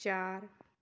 ਚਾਰ